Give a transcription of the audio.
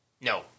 No